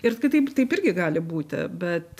ir taip taip irgi gali būti bet